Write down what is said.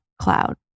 cloud